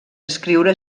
escriure